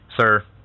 sir